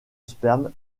sperme